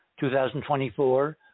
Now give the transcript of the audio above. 2024